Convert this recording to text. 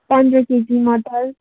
पन्ध्र केजी मटर